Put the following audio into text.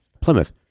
Plymouth